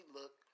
look